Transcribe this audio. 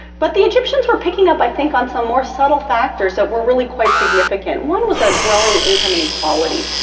but the egyptians were picking up, i think, on some more subtle factors that were really quite significant, one was a growing income and equality.